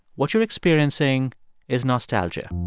what you're experiencing is nostalgia.